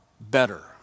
better